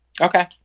Okay